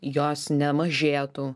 jos nemažėtų